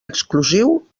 exclusiu